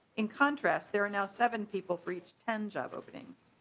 in contrast. there are now seven people for each ten job openings.